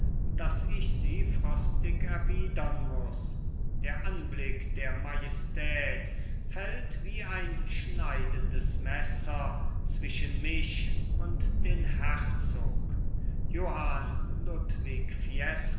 daß ich sie frostig erwidern muß der anblick der majestät fällt wie ein schneidendes messer zwischen mich und den herzog johann ludwig